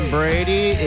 Brady